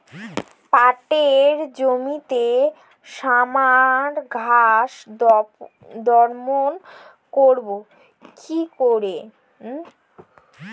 পাটের জমিতে শ্যামা ঘাস দমন করবো কি করে?